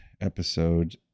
episode